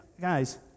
Guys